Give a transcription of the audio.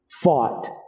fought